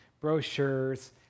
brochures